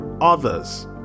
others